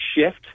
shift